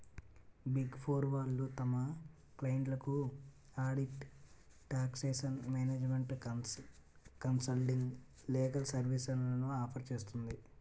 big four వాళ్ళు తమ క్లయింట్లకు audit, taxation, management consulting, legal సర్వీస్లను ఆఫర్ చేస్తుంది